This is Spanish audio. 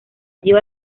dio